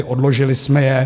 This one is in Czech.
Odložili jsme je.